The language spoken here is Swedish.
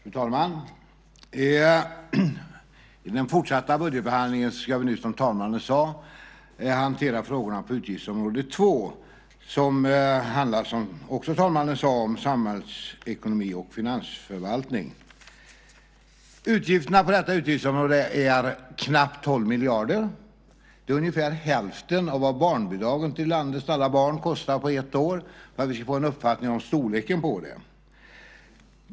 Fru talman! I den fortsatta budgetbehandlingen ska vi nu, som talmannen sade, hantera frågorna på utgiftsområde 2. Det handlar, som också talmannen sade, om samhällsekonomi och finansförvaltning. Utgifterna på detta utgiftsområde är knappt 12 miljarder kronor. Det är ungefär hälften av vad barnbidragen till landets alla barn kostar på ett år, för att vi ska få en uppfattning om storleken på det.